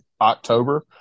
october